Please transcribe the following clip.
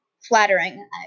flattering